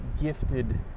gifted